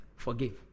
Forgive